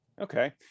Okay